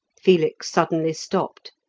felix suddenly stopped,